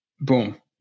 Boom